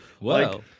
Wow